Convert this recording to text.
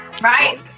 Right